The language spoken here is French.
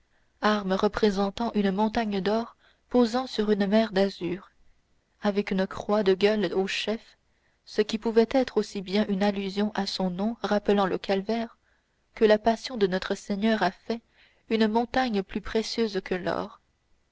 armes représentant une montagne d'or posant sur une mer d'azur avec une croix de gueules au chef ce qui pouvait aussi bien être une allusion à son nom rappelant le calvaire que la passion de notre-seigneur a fait une montagne plus précieuse que l'or